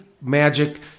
magic